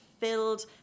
filled